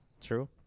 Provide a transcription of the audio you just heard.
True